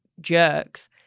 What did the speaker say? jerks